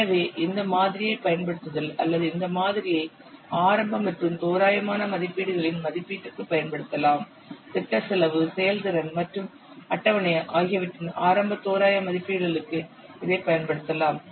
எனவே இந்த மாதிரியைப் பயன்படுத்துதல் அல்லது இந்த மாதிரியை ஆரம்ப மற்றும் தோராயமான மதிப்பீடுகளின் மதிப்பீட்டிற்குப் பயன்படுத்தலாம் திட்ட செலவு செயல்திறன் மற்றும் அட்டவணை ஆகியவற்றின் ஆரம்ப தோராய மதிப்பீடுகளுக்கு இதைப் பயன்படுத்தலாம்